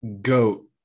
Goat